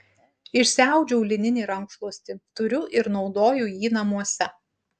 išsiaudžiau lininį rankšluostį turiu ir naudoju jį namuose